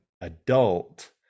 adult